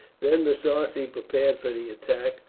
then the sarci prepared for the attack,